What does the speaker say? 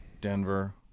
Denver